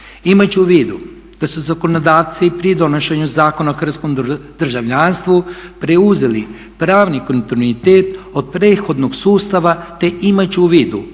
Imajući u vidu da su zakonodavci pri donošenju Zakon o hrvatskom državljanstvu preuzeli pravni kontinuitet od prethodnog sustava, te imajući u vidu